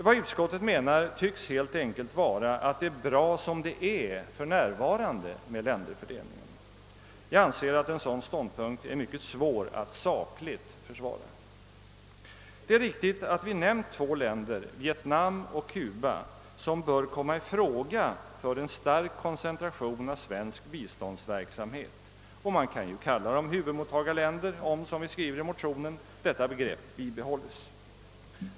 Vad utskoitet menar tycks helt enkelt vara att det är bra som det är för närvarande med länderfördelning. Jag anser att en sådan ståndpunkt är mycket svår att sakligt försvara. Det är riktigt att vi nämnt två länder, Vietnam och Cuba, som bör komma i fråga för en stark koncentration av svensk biståndsverksamhet, och man kan ju kalla dem huvudmottagarländer om, som vi skriver i motionen, detta begrepp bibehålles.